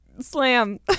Slam